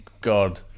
God